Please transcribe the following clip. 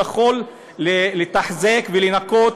הוא יכול לתחזק ולנקות